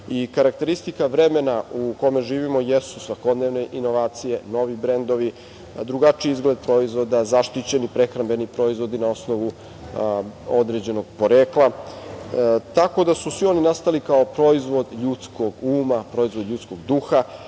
inspekciju. Karakteristika vremena u kome živimo jesu svakodnevne inovacije, novi brendovi, drugačiji izgled proizvoda, zaštićeni prehrambeni proizvodi na osnovu određenog porekla, tako da su svi oni nastali kao proizvod ljudskog uma, proizvod ljudskog duha